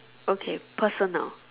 okay personal